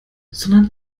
sondern